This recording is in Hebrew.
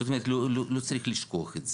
זאת אומרת, לא צריך לשכוח את זה.